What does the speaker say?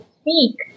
speak